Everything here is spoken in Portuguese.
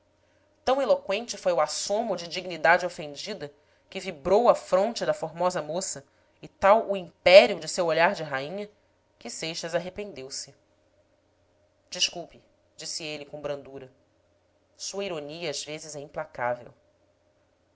tão eloqüente foi o assomo de dignidade ofendida que vibrou a fronte da formosa moça e tal o império de seu olhar de rainha que seixas arrependeu-se desculpe disse ele com brandura sua ironia às vezes é implacável